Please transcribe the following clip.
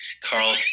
Carl